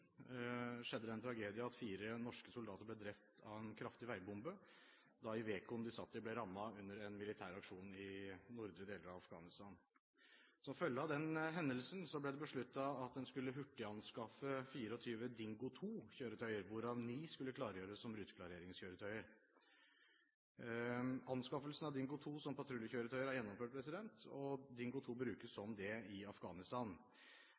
skjedde den tragedie at fire norske soldater ble drept av en kraftig veibombe da Iveco-kjøretøyet de satt i, ble rammet under en militær aksjon i nordre deler av Afghanistan. Som følge av den hendelsen ble det besluttet at en skulle hurtiganskaffe 24 Dingo 2-kjøretøy, hvorav ni skulle klargjøres som ruteklareringskjøretøy. Anskaffelsen av Dingo 2 som patruljekjøretøy er gjennomført, og Dingo 2 brukes som det i Afghanistan.